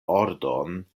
ordon